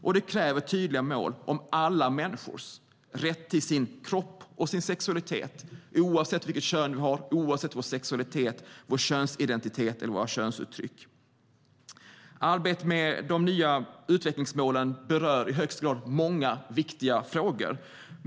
Och det krävs tydliga mål om alla människors rätt till sin kropp och sin sexualitet oavsett vilket kön man har, oavsett sexualitet, könsidentitet eller könsuttryck. Arbetet med de nya utvecklingsmålen berör i högsta grad många viktiga frågor.